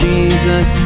Jesus